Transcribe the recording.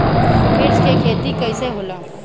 मिर्च के खेती कईसे होला?